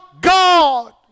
God